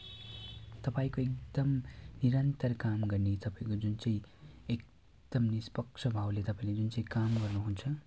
तपाईँको एकदम निरन्तर काम गर्ने तपाईँको जुन चाहिँ एकदम निष्पक्ष भावले तपाईँले जुन चाहिँ काम गर्नुहुन्छ